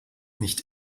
nicht